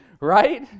right